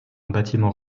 bâtiment